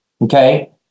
Okay